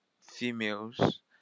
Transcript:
females